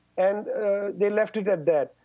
and they left it at that.